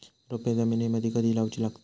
रोपे जमिनीमदि कधी लाऊची लागता?